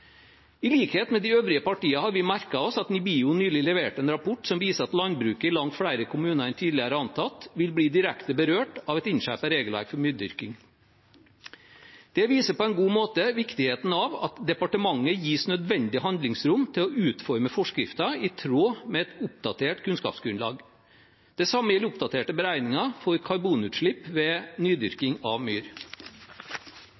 I likhet med de øvrige partiene har vi merket oss at NIBIO nylig leverte en rapport som viser at landbruket i langt flere kommuner enn tidligere antatt vil bli direkte berørt av et innskjerpet regelverk for nydyrking. Det viser på en god måte viktigheten av at departementet gis nødvendig handlingsrom til å utforme forskriften i tråd med et oppdatert kunnskapsgrunnlag. Det samme gjelder oppdaterte beregninger for karbonutslipp ved